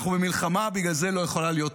אנחנו במלחמה, בגלל זה לא יכולה להיות תיירות,